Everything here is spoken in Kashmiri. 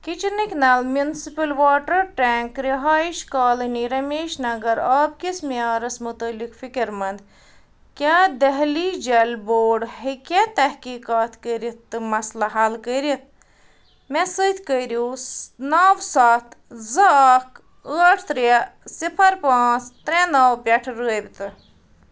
کِچنٕکۍ نَل میُنسِپٕل واٹَر ٹینٛک رِہایِش کالنی رمیشنگر آبکِس مِعیارس متعلق فِکر منٛد کیٛاہ دہلی جل بورڈ ہیٚکیٛاہ تحقیٖقات کٔرٕتھ تہٕ مسلہٕ حل کٔرِتھ مےٚ سۭتۍ کٔرِو نَو سَتھ زٕ اَکھ ٲٹھ ترٛےٚ صِفر پانٛژھ ترٛےٚ نَو پٮ۪ٹھٕ رٲبطہٕ